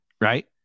right